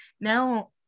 now